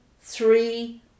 three